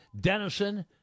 Denison